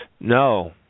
No